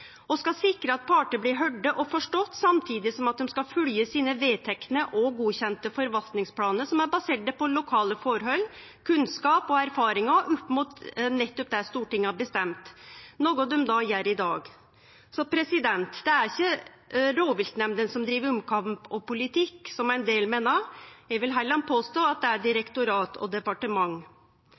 og skal sikre at partar blir høyrde og forstått, samtidig som dei skal følgje sine vedtekne og godkjende forvaltningsplanar, som er baserte på lokale forhold, kunnskap og erfaringar opp mot nettopp det Stortinget har bestemt, noko dei då gjer i dag. Så det er ikkje rovviltnemndene som driv omkamp om politikk, som ein del meiner. Eg vil heller påstå at det er direktorat og departement.